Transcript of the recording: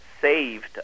saved